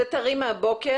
זה טרי מהבוקר.